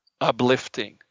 uplifting